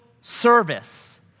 service